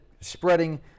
spreading